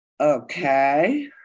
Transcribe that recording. Okay